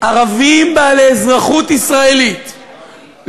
ערבים בעלי אזרחות ישראלית,